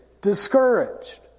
discouraged